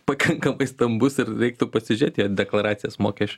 pakankamai stambus ir reiktų pasižiūrėt į jo deklaracijas mokeš